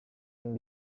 yang